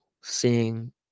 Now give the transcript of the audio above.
seeing